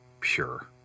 pure